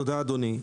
תודה, אדוני.